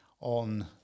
on